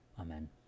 Amen